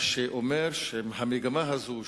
מה שאומר שהמגמה הזאת,